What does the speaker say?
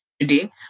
Today